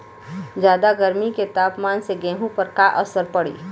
ज्यादा गर्मी के तापमान से गेहूँ पर का असर पड़ी?